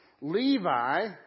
Levi